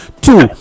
two